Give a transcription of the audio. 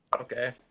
Okay